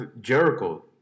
Jericho